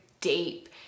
deep